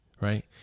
Right